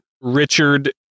Richard